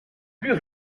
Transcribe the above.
plus